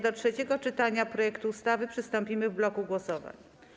Do trzeciego czytania projektu ustawy przystąpimy w bloku głosowań.